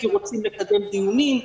כי רוצים לקדם דיונים.